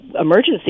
emergency